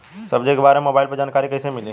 सब्जी के बारे मे मोबाइल पर जानकारी कईसे मिली?